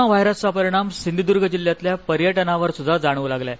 corona व्हायरसचा परिणाम सिंधुदुर्ग जिल्ह्यातल्या पर्यटनावरसुद्धा जाणवू लागला आहे